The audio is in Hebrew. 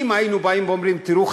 אם היינו באים ואומרים: תראו,